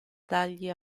dagli